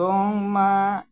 ᱫᱚᱝ ᱢᱟ